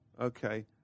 okay